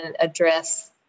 address